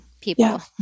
people